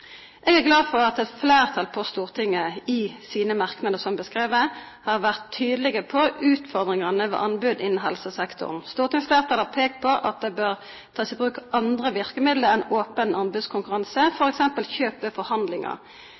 Jeg er glad for at et flertall på Stortinget – i komitémerknader, som beskrevet – har vært tydelige på utfordringene ved anbud innen helsesektoren. Flertallet har pekt på at det bør tas i bruk andre virkemidler enn åpen anbudskonkurranse, f.eks. kjøp ved forhandlinger.